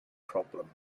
problem